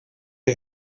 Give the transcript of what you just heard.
der